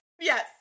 Yes